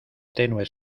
tenue